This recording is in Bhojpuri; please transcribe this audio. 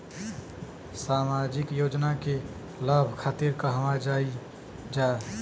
सामाजिक योजना के लाभ खातिर कहवा जाई जा?